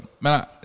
man